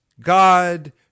god